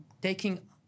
taking